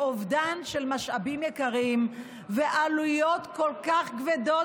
אובדן של משאבים יקרים ועלויות כל כך כבדות